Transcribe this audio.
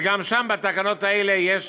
וגם שם, בתקנות האלה, יש